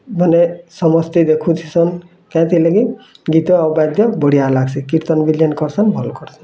ମାନେ ସମସ୍ତେ ଦେଖୁଥିସନ୍ କାଏଁଥିର୍ଲାଗି ଗୀତ ବାଦ୍ୟ ବଢ଼ିଆ ଲାଗ୍ସି କୀର୍ତ୍ତନ୍ ବି ଯେନ୍ କର୍ସନ୍ ଭଲ୍ କର୍ସନ୍